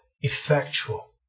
effectual